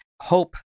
hope